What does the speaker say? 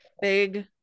Big